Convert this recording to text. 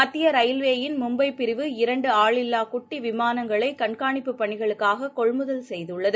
மத்தியரயில்வேயின் மும்பைபிரிவு இரண்டுஆளில்லாகுட்டிவிமானங்களைகண்காணிப்பு பணிகளுக்காக்கொள்முதல் செய்துள்ளது